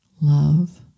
love